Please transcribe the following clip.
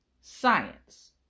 Science